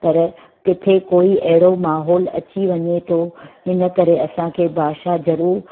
पर किथे कोई बि अहिड़ो माहौल अची वञे थो हिन करे असांखे भाषा ज़रूरु